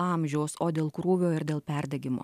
amžiaus o dėl krūvio ir dėl perdegimo